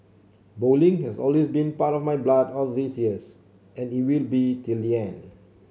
bowling has always been part of my blood all these years and it will be till the end